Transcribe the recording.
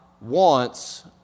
wants